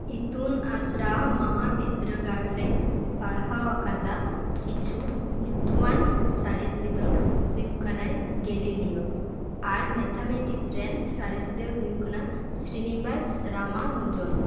ᱤᱛᱩᱱ ᱟᱥᱲᱟ ᱢᱟᱦᱟ ᱵᱤᱫᱽᱫᱽᱨᱟᱹᱜᱟᱲ ᱨᱮᱧ ᱯᱟᱲᱦᱟᱣ ᱟᱠᱟᱫᱟ ᱠᱤᱪᱷᱩ ᱧᱩᱛᱩᱢᱟᱱ ᱥᱟᱬᱮᱥᱤ ᱫᱚ ᱦᱩᱭᱩᱜ ᱠᱟᱱᱟᱭ ᱜᱮᱞᱤ ᱞᱤᱭᱳ ᱟᱨ ᱢᱮᱛᱷᱟ ᱢᱮᱴᱤᱠᱥ ᱨᱮᱱ ᱥᱟᱬᱮᱥᱤ ᱫᱚᱭ ᱦᱩᱭᱩᱜ ᱠᱟᱱᱟ ᱥᱨᱤᱱᱤᱵᱟᱥ ᱨᱟᱢᱟ ᱱᱩᱡᱚᱱ